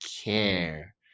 care